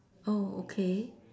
oh okay